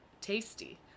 Tasty